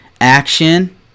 action